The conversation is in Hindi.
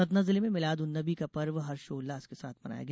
सतना जिले में मिलाद उन नबी का पर्व हर्षोल्लास के साथ मनाया गया